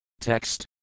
Text